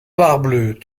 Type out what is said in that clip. parbleu